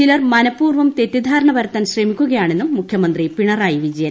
ചിലർ മനഃപൂർവ്വം തെറ്റിദ്ധാരണ പരത്താൻ ശ്രമിക്കുകയാണെന്നും മുഖ്യമന്ത്രി പിണറായി വിജയൻ